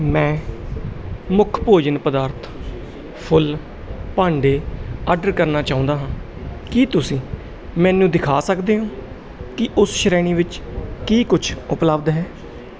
ਮੈਂ ਮੁੱਖ ਭੋਜਨ ਪਦਾਰਥ ਫੁੱਲ ਭਾਂਡੇ ਆਰਡਰ ਕਰਨਾ ਚਾਹੁੰਦਾ ਹਾਂ ਕੀ ਤੁਸੀਂ ਮੈਨੂੰ ਦਿਖਾ ਸਕਦੇ ਹੋ ਕਿ ਉਸ ਸ਼੍ਰੇਣੀ ਵਿੱਚ ਕੀ ਕੁਛ ਉਪਲੱਬਧ ਹੈ